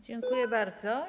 Dziękuję bardzo.